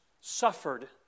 suffered